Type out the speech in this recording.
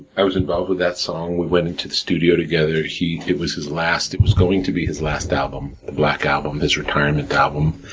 i was involved with that song, we went into the studio together. it was his last it was going to be his last album, the black album, his retirement album,